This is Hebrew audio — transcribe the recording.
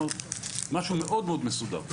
משהו מאוד מאוד מסודר,